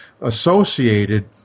associated